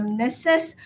nurses